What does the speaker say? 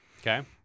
Okay